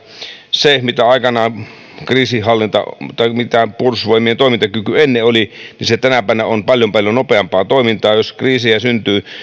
se mikä aikanaan oli kriisinhallinta tai mitä puolustusvoimien toimintakyky oli on tänä päivänä paljon paljon nopeampaa toimintaa jos kriisejä syntyy